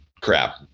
crap